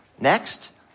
Next